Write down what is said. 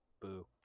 Boo